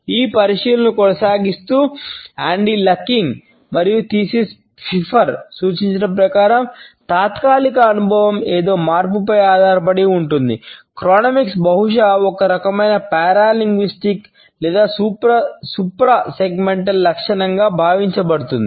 ఈ పరిశీలనలను కొనసాగిస్తూ ఆండీ లకింగ్ లక్షణంగా భావించబడుతుంది